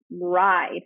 ride